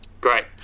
Great